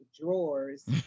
drawers